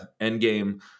Endgame –